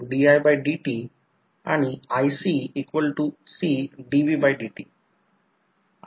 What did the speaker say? आता पुढील हे ट्रान्सफॉर्मरचे वाइंडिंग साधारणपणे एनामेल इन्सुलेटेड कॉपर किंवा अॅल्युमिनियमचे असते